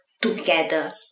together